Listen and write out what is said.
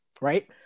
right